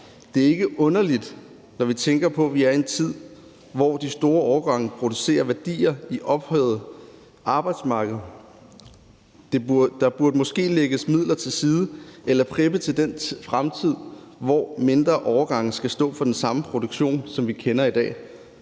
Det er ikke underligt, når vi tænker på, at vi er en tid, hvor de store årgange producerer værdier på arbejdsmarkedet. Der burde måske lægges midler til side eller preppes til den fremtid, hvor mindre årgange skal stå for den samme produktion, som vi kender i dag.